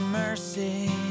mercy